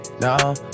no